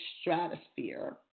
stratosphere